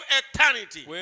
eternity